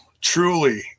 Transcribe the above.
truly